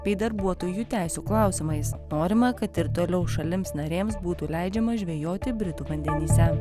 bei darbuotojų teisių klausimais norima kad ir toliau šalims narėms būtų leidžiama žvejoti britų vandenyse